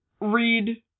read